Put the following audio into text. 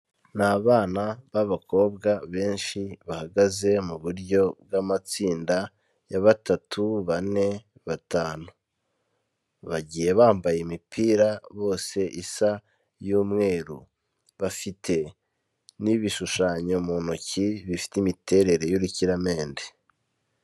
Ni abana b'abakobwa benshi bahagaze mu buryo bw'amatsinda ya batatu, bane, batanu. Bagiye bambaye imipira bose isa y'umweru, bafite n'ibishushanyo mu ntoki bifite imiterere y'urukiramende.